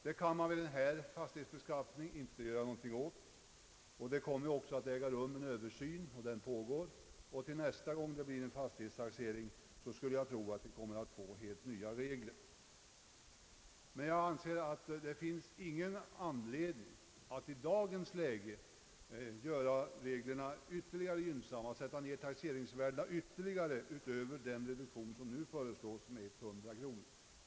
Det kan man vid den här fastighetsbeskattningen inte göra någonting åt, men en översyn pågår, och till nästa fastighetstaxering kommer vi troligen att få helt nya regler. Jag anser emellertid att det inte finns någon anledning att i dagens läge göra reglerna ännu gynnsammare, att sätta ned taxeringsvärdena ytterligare utöver den reduktion som nu föreslås med 100 kronor per hektar.